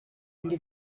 into